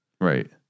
Right